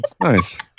Nice